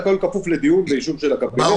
הכול כפוף לדיון ואישור של הקבינט.